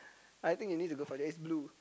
I need you need to go for this it's blue